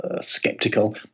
Skeptical